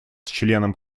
членом